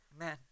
Amen